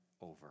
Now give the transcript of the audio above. over